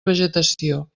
vegetació